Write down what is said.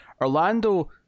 orlando